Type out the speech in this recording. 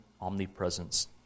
omnipresence